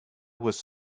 was